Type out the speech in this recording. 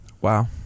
Wow